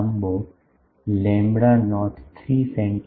ચાલો lambda naught 3 સે